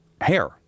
hair